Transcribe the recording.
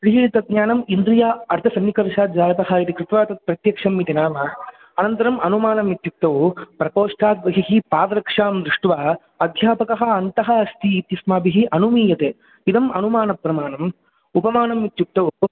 तर्हि तज्ज्ञानम् इन्द्रिय अर्थसन्निकर्षाज्जातः इति कृत्वा तत् प्रत्यक्षम् इति नाम अनन्तरम् अनुमानम् इत्युक्तौ प्रकोष्ठाद्बहिः पादरक्षां दृष्ट्वा अध्यापकः अन्तः अस्ति इति अस्माभिः अनुमीयते इदम् अनुमानप्रमाणम् उपमानम् इत्युक्तौ